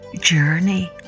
Journey